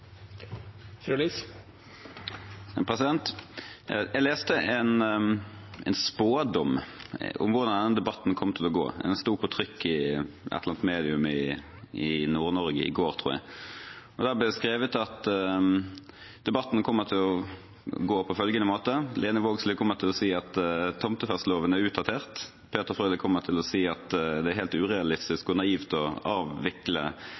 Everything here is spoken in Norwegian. Jeg leste en spådom om hvordan denne debatten kom til å gå. Den sto på trykk i et eller annet medium i Nord-Norge i går, tror jeg. Der ble det skrevet at debatten kom til å gå på følgende måte: Lene Vågslid kommer til å si at tomtefesteloven er utdatert, Peter Frølich kommer til å si at det er helt urealistisk og naivt å avvikle